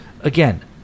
Again